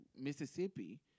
Mississippi